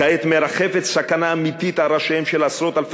כעת מרחפת סכנה אמיתית על ראשיהם של עשרות-אלפי